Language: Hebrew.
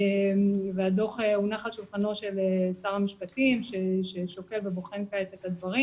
והדוח הונח על שולחנו של שר המשפטים שבוחן כעת את הדברים